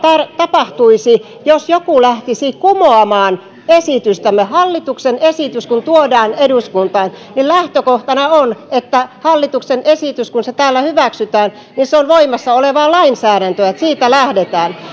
tapahtuisi jos joku lähtisi kumoamaan esitystämme hallituksen esitys kun tuodaan eduskuntaan niin lähtökohtana on että hallituksen esitys kun se täällä hyväksytään on voimassa olevaa lainsäädäntöä siitä lähdetään